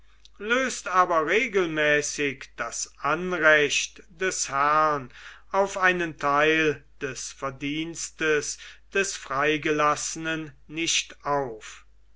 löst aber regelmäßig das anrecht des herrn auf einen teil des verdienstes des freigelassenen nicht auf